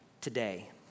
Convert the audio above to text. today